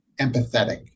empathetic